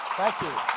thank you.